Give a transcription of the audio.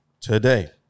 Today